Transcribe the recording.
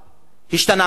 השתנה משהו?